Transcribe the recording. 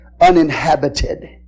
uninhabited